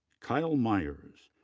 kyle myers,